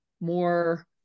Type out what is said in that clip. more